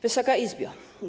Wysoka Izbo!